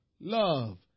love